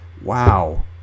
wow